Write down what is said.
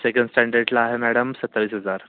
second स्टँडर्डला आहे madam सत्तावीस हजार